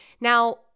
Now